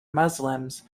muslims